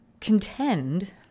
contend